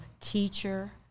teacher